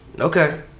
Okay